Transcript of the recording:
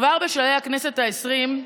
כבר בשלהי הכנסת העשרים,